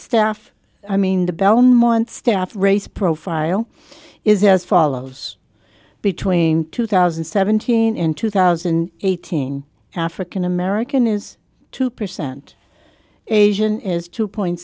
staff i mean the belmont staff race profile is as follows between two thousand and seventeen in two thousand and eighteen african american is two percent asian is two point